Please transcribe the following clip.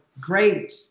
great